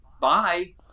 Bye